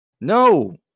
No